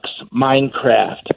Minecraft